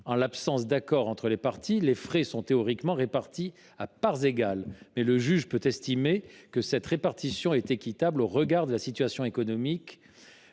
En l’absence d’accord entre les parties, les frais sont théoriquement répartis à parts égales. Le juge peut néanmoins estimer que cette répartition est inéquitable au regard de la situation économique